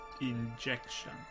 injection